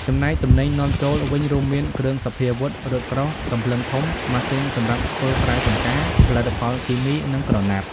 ចំណែកទំនិញនាំចូល វិញរួមមាន គ្រឿងសព្វាវុធ រថក្រោះ កាំភ្លើងធំ ម៉ាស៊ីនសម្រាប់ធ្វើស្រែចម្ការ ផលិតផលគីមី និងក្រណាត់ ។